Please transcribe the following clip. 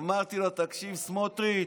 אמרתי לו: תקשיב, סמוטריץ',